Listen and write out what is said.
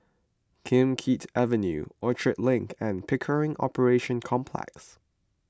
Kim Keat Avenue Orchard Link and Pickering Operations Complex